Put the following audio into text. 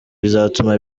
bizatuma